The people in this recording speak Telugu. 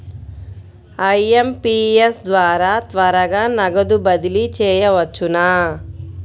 ఐ.ఎం.పీ.ఎస్ ద్వారా త్వరగా నగదు బదిలీ చేయవచ్చునా?